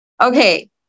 Okay